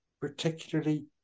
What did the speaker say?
particularly